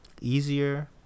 easier